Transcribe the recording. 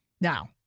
Now